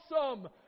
awesome